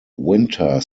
winter